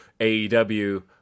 AEW